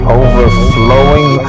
overflowing